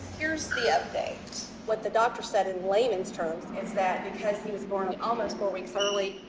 here's the update. what the doctor said, in layman's terms, is that because he was born almost four weeks early,